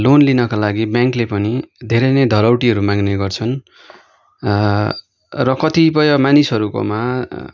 loan लिनका लागि ब्याङ्कले पनि धेरै नै धरौटीहरू माग्ने गर्छन् र कतिपय मानिसहरूकोमा